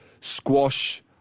Squash